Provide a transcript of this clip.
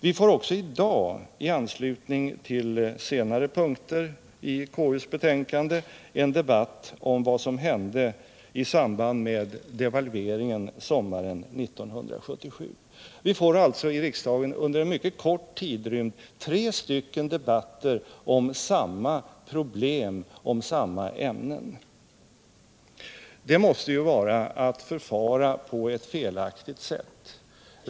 Vi får också i dag i anslutning till senare punkter i konstitutionsutskottets betänkande en debatt om vad som hände i samband med devalveringen sommaren 1977. Det blir alltså i riksdagen under en mycket kort tidrymd tre debatter i samma ämne. Det måste vara att förfara på ett felaktigt sätt.